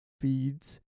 feeds